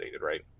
right